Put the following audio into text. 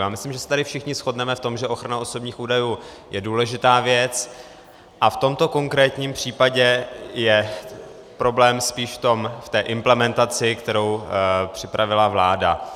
Já myslím, že se tady všichni shodneme v tom, že ochrana osobních údajů je důležitá věc, a v tomto konkrétním případě je problém spíš v té implementaci, kterou připravila vláda.